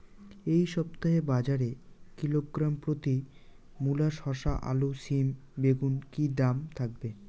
এই সপ্তাহে বাজারে কিলোগ্রাম প্রতি মূলা শসা আলু সিম বেগুনের কী দাম থাকবে?